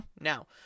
Now